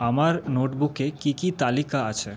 আমার নোটবুকে কী কী তালিকা আছে